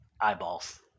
eyeballs